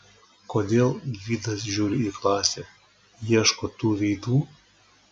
kodėl gvidas žiūri į klasę ieško tų veidų